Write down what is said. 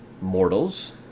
Mortals